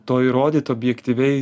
to įrodyt objektyviai